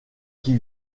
qui